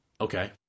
Okay